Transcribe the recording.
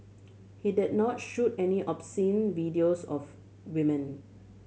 he did not shoot any obscene videos of women